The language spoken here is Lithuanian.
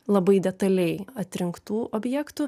labai detaliai atrinktų objektų